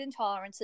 intolerances